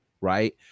right